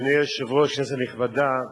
אדוני היושב-ראש, כנסת נכבדה,